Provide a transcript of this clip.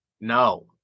no